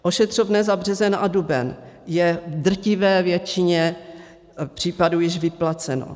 Ošetřovné za březen a duben je v drtivé většině případů již vyplaceno.